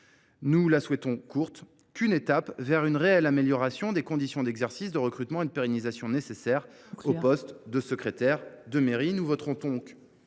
nous l’espérons courte – vers une réelle amélioration des conditions d’exercice, de recrutement et de pérennisation nécessaires au poste de secrétaire de mairie. Notre groupe votera donc